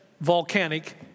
volcanic